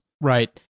Right